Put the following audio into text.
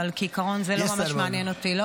אבל כעיקרון זה לא ממש מעניין אותי.